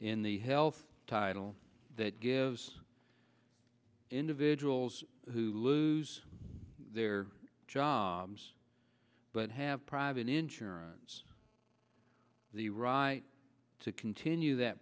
in the health title that gives individuals who lose their job but have private insurance the right to continue that